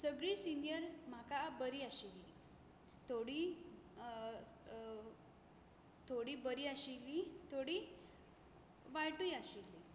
सगळीं सिनियर म्हाका बरीं आशिल्लीं थोडी थोडी बरीं आशिल्लीं थोडी वायटूय आशिल्लीं